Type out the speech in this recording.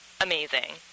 amazing